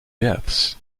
deaths